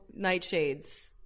nightshades